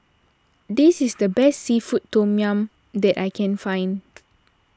this is the best Seafood Tom Yum that I can find